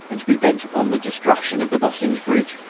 and to be bent upon the destruction of the boesinghe bridge,